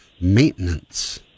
maintenance